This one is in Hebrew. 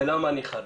ולמה אני חרד?